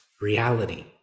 reality